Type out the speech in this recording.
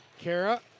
Kara